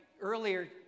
earlier